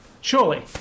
surely